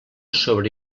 sobre